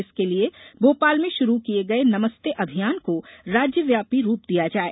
इसके लिये भोपाल में शुरू किये गये नमस्ते अभियान को राज्यव्यापी रूप दिया जाये